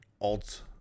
alt